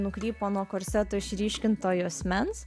nukrypo nuo korsetų išryškinto juosmens